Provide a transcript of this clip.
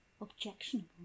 objectionable